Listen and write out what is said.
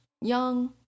young